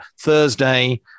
Thursday